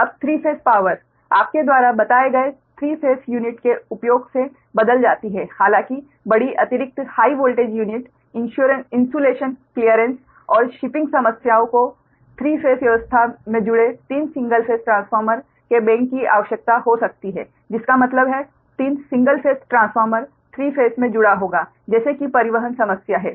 अब 3 phase power आपके द्वारा बताए गए 3 फेस यूनिट के उपयोग से बदल जाती है हालांकि बड़ी अतिरिक्त high voltage unit insulation clearance और शिपिंग सीमाओं को 3 फेस व्यवस्था में जुड़े 3 सिंगल फेस ट्रांसफार्मर के बैंक की आवश्यकता हो सकती है जिसका मतलब है 3 सिंगल फेस ट्रांसफार्मर 3 फेस में जुड़ा होगा जैसे कि परिवहन समस्या है